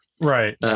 Right